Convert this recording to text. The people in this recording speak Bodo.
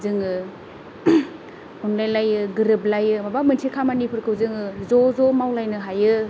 जोङो अनलायलायो गोरोबलायो माबा मोनसे खामानिफोरखौ जोङो ज' ज' मावलायनो हायो